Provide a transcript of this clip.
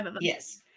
Yes